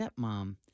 stepmom